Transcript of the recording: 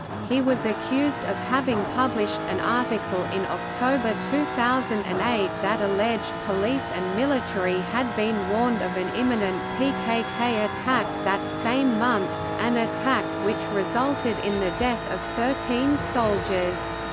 he was accused of having published an article in october two thousand and eight that alleged police and military had been warned of an imminent pkk attack that same month, an attack which resulted in the death of thirteen soldiers.